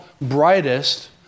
brightest